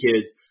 kids